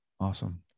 Awesome